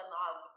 love